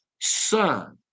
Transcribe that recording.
son